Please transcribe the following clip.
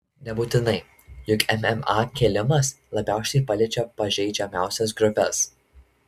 nebūtinai juk mma kėlimas labiausiai paliečia pažeidžiamiausias grupes